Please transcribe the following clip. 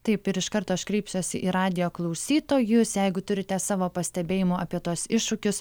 taip ir iš karto kreipsiuosi į radijo klausytojus jeigu turite savo pastebėjimų apie tuos iššūkius